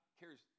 cares